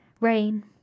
Rain